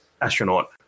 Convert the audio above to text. astronaut